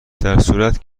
درصورتی